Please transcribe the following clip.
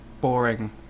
boring